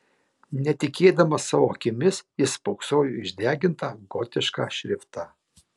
netikėdamas savo akimis jis spoksojo į išdegintą gotišką šriftą